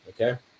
okay